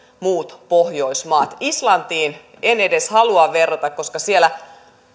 muut pohjoismaat islantiin en edes halua verrata koska siellä